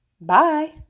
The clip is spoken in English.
Bye